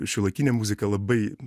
šiuolaikinė muzika labai